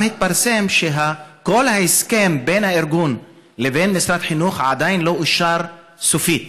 גם התפרסם שכל ההסכם בין הארגון לבין משרד החינוך עדיין לא אושר סופית.